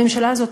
הממשלה הזאת